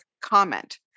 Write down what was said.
comment